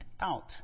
out